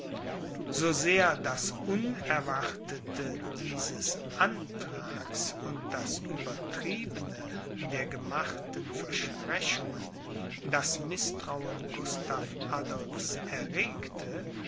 so sehr das unerwartete dieses antrags und das uebertriebene der gemachten versprechungen das mißtrauen gustav adolphs erregte